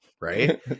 right